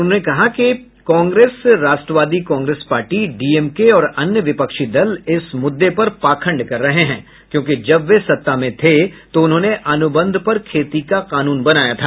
उन्होंने कहा कि कांग्रेस राष्ट्रवादी कांग्रेस पार्टी डीएमके और अन्य विपक्षी दल इस मुद्दे पर पाखंड कर रहे हैं क्योंकि जब वे सत्ता में थे तो उन्होंने अनुबंध पर खेती का कानून बनाया था